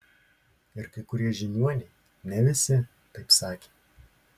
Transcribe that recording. ir kai kurie žiniuoniai ne visi taip sakė